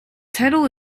title